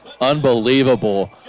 Unbelievable